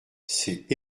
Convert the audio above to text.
c’est